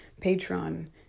patron